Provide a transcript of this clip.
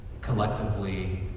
collectively